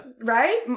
Right